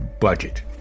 budget